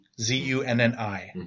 Z-U-N-N-I